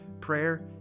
prayer